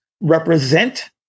represent